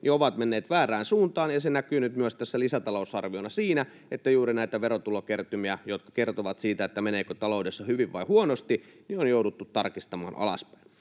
ovat menneet väärään suuntaan. Se näkyy nyt myös tässä lisätalousarviossa siinä, että juuri näitä verotulokertymiä, jotka kertovat siitä, meneekö taloudessa hyvin vai huonosti, on jouduttu tarkistamaan alaspäin.